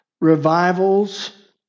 Revivals